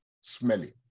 smelly